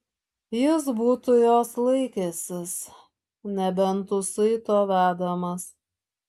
jis būtų jos laikęsis nebent už saito vedamas